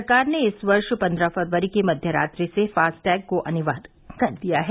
सरकार ने इस वर्ष पन्द्रह फरवरी की मध्यरात्रि से फास्टैग को अनिवार्य कर दिया है